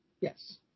Yes